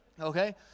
Okay